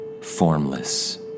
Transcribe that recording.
formless